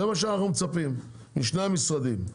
זה מה שאנחנו מצפים משני המשרדים.